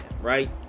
right